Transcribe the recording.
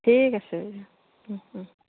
ঠিক আছে অঁ অঁ